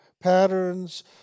patterns